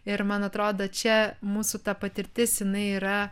ir man atrodo čia mūsų ta patirtis jinai yra